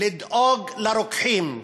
לדאוג לרוקחים.